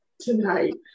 tonight